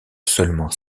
seulement